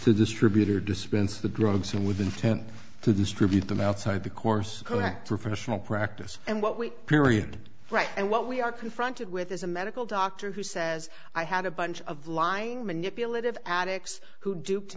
to distribute or dispense the drugs and with intent to distribute them outside the course professional practice and what we period right and what we are confronted with is a medical doctor who says i had a bunch of lying manipulative addicts who duped